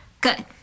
Good